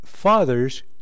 father's